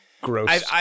Gross